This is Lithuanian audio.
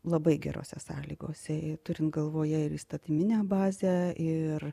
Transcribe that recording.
labai gerose sąlygose turint galvoje ir įstatyminę bazę ir